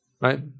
right